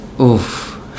Oof